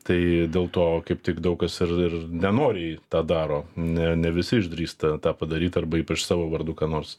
tai dėl to kaip tik daug kas ir ir nenoriai tą daro ne ne visi išdrįsta tą padaryt arba ypač savo vardu ką nors